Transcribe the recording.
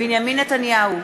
בנימין נתניהו,